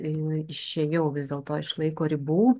išėjau vis dėlto iš laiko ribų